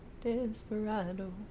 Desperado